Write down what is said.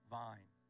vine